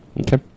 Okay